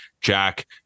Jack